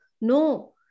No